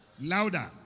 Louder